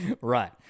Right